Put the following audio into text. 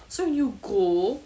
so when you go